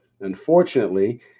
unfortunately